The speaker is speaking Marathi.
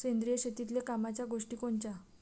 सेंद्रिय शेतीतले कामाच्या गोष्टी कोनच्या?